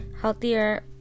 healthier